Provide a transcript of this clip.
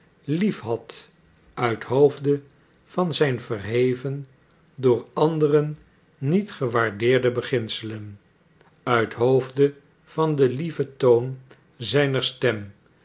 lief had uithoofde van zijn verheven door anderen niet gewaardeerde beginselen uithoofde van den lieven toon zijner stem